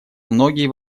многие